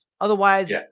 otherwise